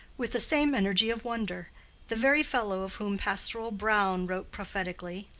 with the same energy of wonder the very fellow of whom pastoral browne wrote prophetically,